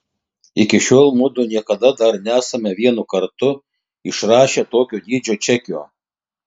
iki šiol mudu niekada dar nesame vienu kartu išrašę tokio dydžio čekio